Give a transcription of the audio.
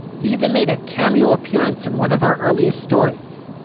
he even made a cameo appearance in one of our earliest stories,